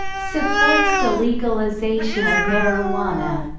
supports the legalization of marijuana.